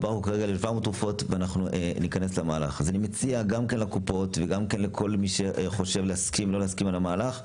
אני מציע לקופות ולכולם להסכים למהלך הזה,